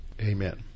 Amen